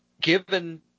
given